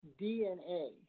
DNA